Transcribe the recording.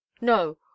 no